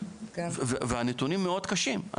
והנתונים מאוד קשים.